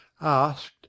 asked